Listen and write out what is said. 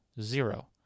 Zero